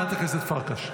חברת הכנסת פרקש.